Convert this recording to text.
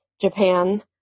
Japan